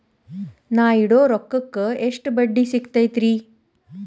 ನಾ ಇಡೋ ರೊಕ್ಕಕ್ ಎಷ್ಟ ಬಡ್ಡಿ ಸಿಕ್ತೈತ್ರಿ?